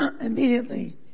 Immediately